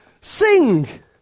sing